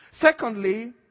Secondly